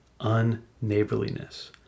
unneighborliness